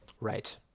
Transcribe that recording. right